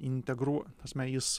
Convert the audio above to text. integruo ta prasme jis